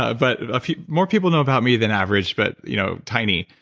ah but ah more people know about me than average, but you know tiny.